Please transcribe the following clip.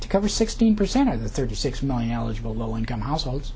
to cover sixteen percent of the thirty six million eligible low income households